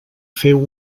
feu